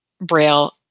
Braille